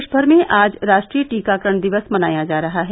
देशभर में आज राष्ट्रीय टीकाकरण दिवस मनाया जा रहा है